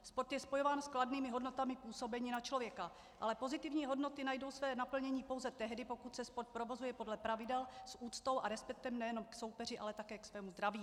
Sport je spojován s kladnými hodnotami působení na člověka, ale pozitivní hodnoty najdou své naplnění pouze tehdy, pokud se sport provozuje podle pravidel, s úctou a respektem nejen k soupeři, ale také ke svému zdraví.